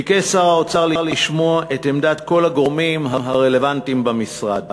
ביקש שר האוצר לשמוע את עמדת כל הגורמים הרלוונטיים במשרד.